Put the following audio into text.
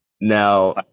Now